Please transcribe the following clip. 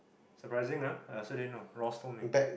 surprising ah I also didn't know Ross told me